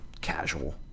casual